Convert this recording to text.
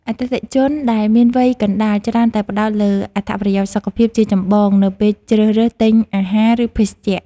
អតិថិជនដែលមានវ័យកណ្តាលច្រើនតែផ្តោតលើអត្ថប្រយោជន៍សុខភាពជាចម្បងនៅពេលជ្រើសរើសទិញអាហារ ឬភេសជ្ជៈ។